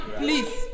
please